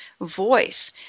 voice